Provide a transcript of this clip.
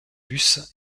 bus